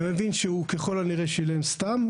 גם יבין שהוא ככל הנראה שילם סתם,